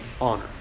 honor